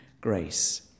grace